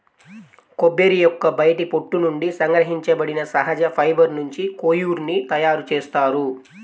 కొబ్బరి యొక్క బయటి పొట్టు నుండి సంగ్రహించబడిన సహజ ఫైబర్ నుంచి కోయిర్ ని తయారు చేస్తారు